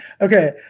Okay